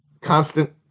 constant